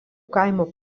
kaimo